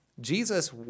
Jesus